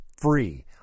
free